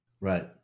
Right